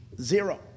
Zero